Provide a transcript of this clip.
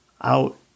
out